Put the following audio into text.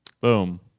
Boom